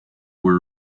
were